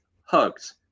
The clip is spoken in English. hugs